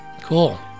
Cool